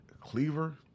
Cleaver